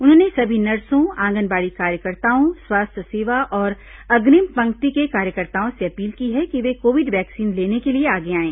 उन्होंने सभी नर्सों आंगनबाड़ी कार्यकर्ताओं स्वास्थ्य सेवा और अग्रिम पंक्ति के कार्यकर्ताओं से अपील की है कि वे कोविड वैक्सीन लेने के लिए आगे आएं